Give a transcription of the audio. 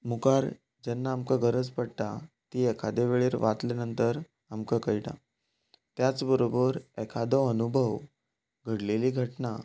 मुखार जेन्ना आमकां गरज पडटा ती एकादे वेळार वाचल्या नंतर आमकां कळटा त्याच बरोबर एकादो अनुभव घडलेली घटणा